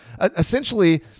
essentially